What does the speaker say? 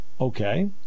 Okay